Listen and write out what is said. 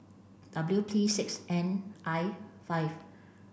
W P six N I five